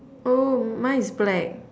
oh mine is black